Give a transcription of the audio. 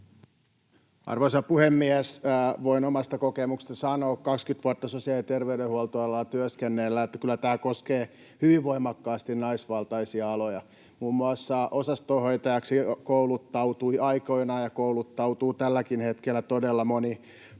Arvoisa puhemies! Voin omasta kokemuksesta sanoa 20 vuotta sosiaali- ja terveydenhuoltoalalla työskennelleenä, että kyllä tämä koskee hyvin voimakkaasti naisvaltaisia aloja. Muun muassa osastonhoitajaksi kouluttautui aikoinaan ja kouluttautuu tälläkin hetkellä todella moni